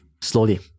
slowly